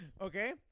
Okay